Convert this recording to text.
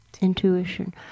intuition